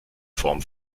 form